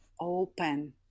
open